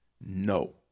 No